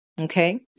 Okay